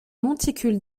monticule